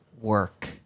work